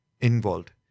involved